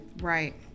right